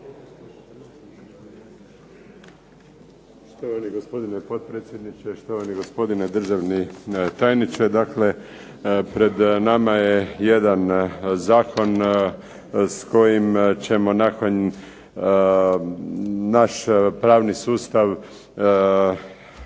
Štovani gospodine potpredsjedniče, štovani gospodine državni tajniče. Pred nama je jedan zakon s kojim ćemo dakle naš pravni sustav